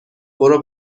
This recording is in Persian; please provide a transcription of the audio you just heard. برو